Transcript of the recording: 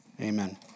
Amen